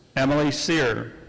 emily sear.